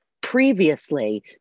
Previously